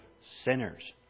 sinners